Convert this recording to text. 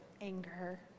anger